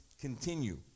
continue